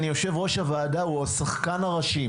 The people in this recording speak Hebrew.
הוא השחקן הראשי.